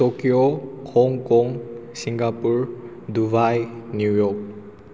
Tokyo Hong Kong Singapore Dubai New York